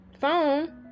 phone